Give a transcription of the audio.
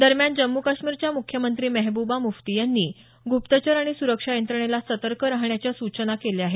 दरम्यान जम्मू काश्मीरच्या मुख्यमंत्री महबूबा मुफ्ती यांनी गुप्तचर आणि सुरक्षा यंत्रणेला सतर्क राहण्याच्या सूचना केल्या आहेत